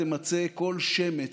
תמצה כל שמץ,